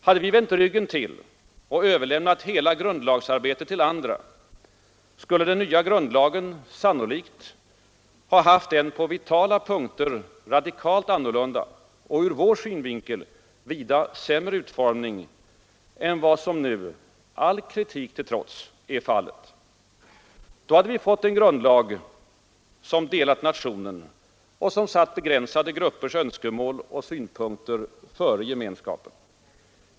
Hade vi vänt ryggen till och överlämnat hela grundlagsarbetet till andra, skulle den nya grundlagen sannolikt ha haft en på vitala punkter radikalt annorlunda och ur vår synvinkel vida sämre utformning än vad som nu — all vår kritik till trots — är fallet. Då hade vi fått en grundlag som delat nationen och som satt begränsade gruppers önskemål och synpunkter före gemenskapen.